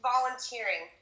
volunteering